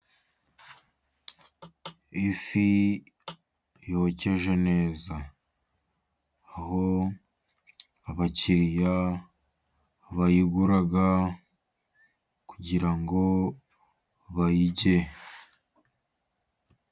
Ifi yokeje neza, aho abakiriya bayigura kugira ngo bayirye.